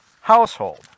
household